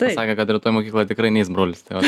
pasakė kad rytoj į mokyklą tikrai neis brolis tai va